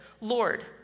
Lord